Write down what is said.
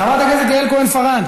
חברת הכנסת יעל כהן-פארן,